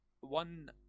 One